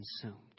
consumed